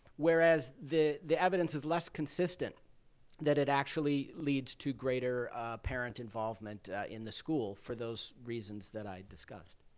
whereas, the the evidence is less consistent that it actually leads to greater parent involvement in the school for those reasons that i discussed.